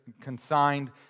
consigned